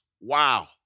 Wow